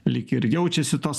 lyg ir jaučiasi tos